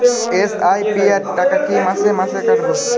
SIP র টাকা কী মাসে মাসে কাটবে?